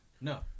No